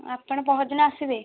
ଆପଣ ପହରଦିନ ଆସିବେ